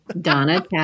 Donna